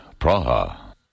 Praha